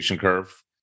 curve